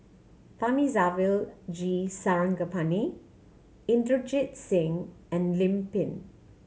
Thamizhavel G Sarangapani Inderjit Singh and Lim Pin